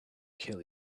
kill